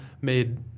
made